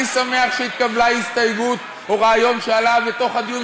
אני שמח שהתקבלה הסתייגות או רעיון תוך כדי הדיון,